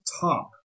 top